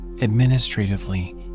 Administratively